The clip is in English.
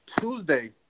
Tuesday